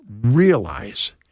realize